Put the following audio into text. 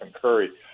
Curry